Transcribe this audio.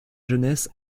jeunesse